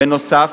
בנוסף,